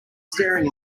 staring